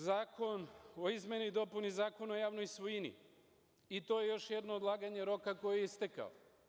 Zakon o izmeni i dopuni Zakona o javnoj svojini, i to je još jedno odlaganje roka koji je istekao.